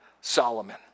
Solomon